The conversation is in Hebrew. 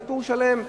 סיפור שלם.